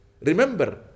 Remember